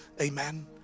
Amen